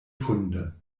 funde